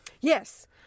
Yes